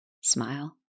Smile